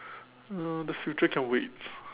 uh the future can wait